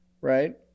Right